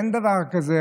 אין דבר כזה.